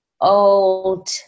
old